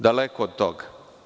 Daleko od toga.